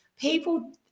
people